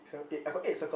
five six seven